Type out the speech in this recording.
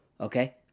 Okay